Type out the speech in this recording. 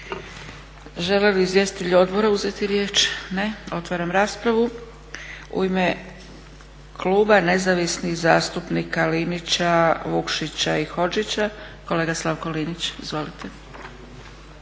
Žele li izvjestitelji odbora uzeti riječ? Ne. Otvaram raspravu. U ime Kluba Nezavisnih zastupnika Linića, Vukšića i Hodžića kolega Slavko Linić. Izvolite.